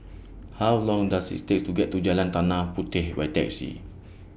How Long Does IT Take to get to Jalan Tanah Puteh By Taxi